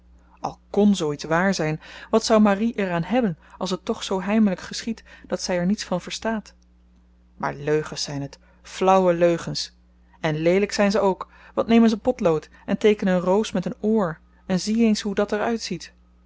al kon zoo iets waar zyn wat zou marie er aan hebben als het toch zoo heimelijk geschiedt dat zy er niets van verstaat maar leugens zyn het flauwe leugens en leelyk zyn ze ook want neem eens een potlood en teeken een roos met een oor en zie eens hoe dat